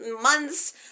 months